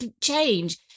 change